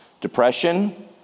Depression